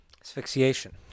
Asphyxiation